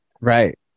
right